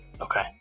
Okay